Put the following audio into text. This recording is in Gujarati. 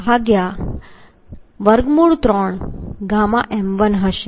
9Avnfu3 ɣm1 હશે